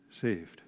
saved